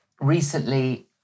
Recently